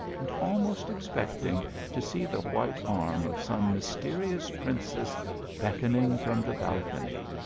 and almost ex pecting to see the white arm of some mysterious princess beckoning from the balcony,